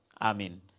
amen